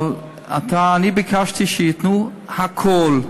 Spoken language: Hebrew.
אבל אני ביקשתי שייתנו הכול.